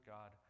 God